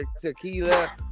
tequila